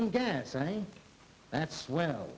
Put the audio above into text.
i'm guessing that's well